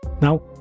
Now